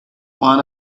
one